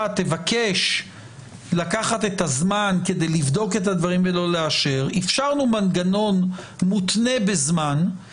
רק אם היא תוכל בבקשה רק לענות על השאלה: האם הם מוכנים בשעה טובה אחרי